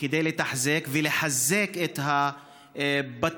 כדי לתחזק ולחזק את הבתים,